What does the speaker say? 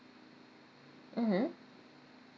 mm mm